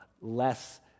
less